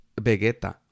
Vegeta